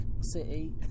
City